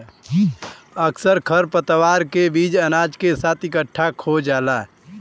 अक्सर खरपतवार के बीज अनाज के साथ इकट्ठा खो जाला